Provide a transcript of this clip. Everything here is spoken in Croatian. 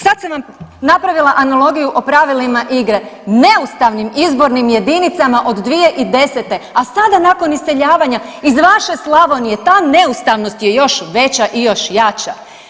Sad sam vam napravila analogiju o pravilima igre, neustavnim izbornim jedinicama od 2010., a sada nakon iseljavanja iz vaše Slavonije ta neustavnost je još veća i još jača.